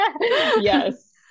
yes